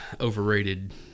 overrated